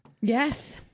Yes